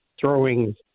throwing